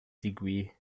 degree